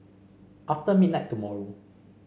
after midnight tomorrow